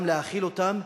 גם להאכיל אותם.